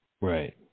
Right